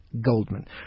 Goldman